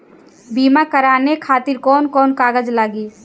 बीमा कराने खातिर कौन कौन कागज लागी?